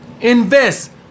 Invest